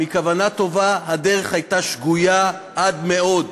מכוונה טובה הדרך הייתה שגויה עד מאוד.